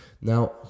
Now